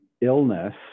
illness